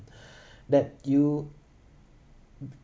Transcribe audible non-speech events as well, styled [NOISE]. [BREATH] that you